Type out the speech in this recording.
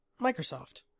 Microsoft